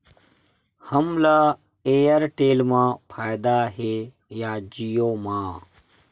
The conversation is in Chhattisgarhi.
हमला एयरटेल मा फ़ायदा हे या जिओ मा?